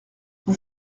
vous